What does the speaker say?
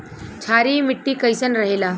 क्षारीय मिट्टी कईसन रहेला?